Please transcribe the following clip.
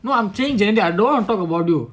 no I'm changing I don't want to talk about you